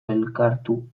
elkartu